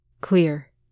Clear